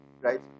right